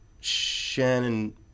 Shannon